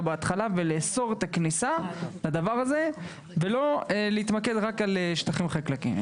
בהתחלה ולאסור את הכניסה ולא להתמקד רק בשטחים חקלאיים.